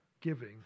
giving